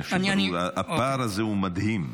הפער הזה הוא מדהים.